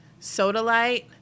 sodalite